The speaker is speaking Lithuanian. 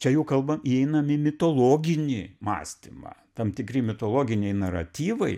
čia jau kalbant įeinam į mitologinį mąstymą tam tikri mitologiniai naratyvai